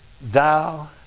thou